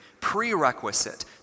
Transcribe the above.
prerequisite